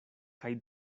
kaj